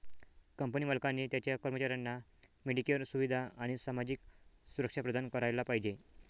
company मालकाने त्याच्या कर्मचाऱ्यांना मेडिकेअर सुविधा आणि सामाजिक सुरक्षा प्रदान करायला पाहिजे